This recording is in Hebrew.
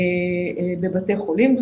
בבתי חולים.